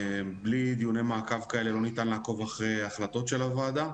בלי דיוני מעקב כאלה לא ניתן לעקוב אחרי החלטות של הוועדה.